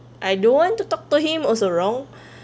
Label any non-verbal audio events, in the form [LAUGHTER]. I don't want to talk to him also wrong [BREATH]